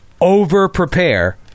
over-prepare